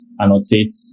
Annotate